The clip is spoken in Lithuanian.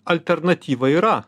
alternatyva yra